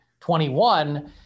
21